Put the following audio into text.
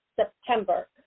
September